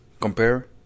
Compare